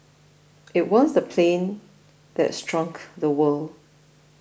it was the plane that shrank the world